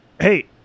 Hey